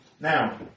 Now